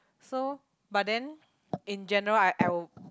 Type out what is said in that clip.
so but then in general I I would